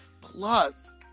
plus